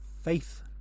faith